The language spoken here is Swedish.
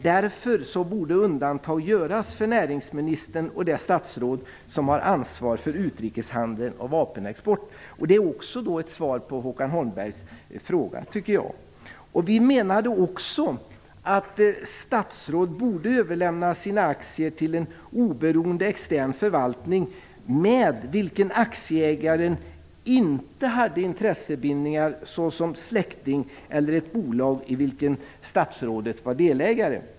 Därför borde undantag göras för näringsministern och de statsråd som har ansvar för utrikeshandeln och vapenexport. Det är också ett svar på Håkan Holmbergs fråga. Vi menade också att statsråd borde överlämna sina aktier till en oberoende extern förvaltning med vilken aktieägaren inte hade intressebindningar såsom till en släkting eller ett bolag i vilket statsrådet var delägare.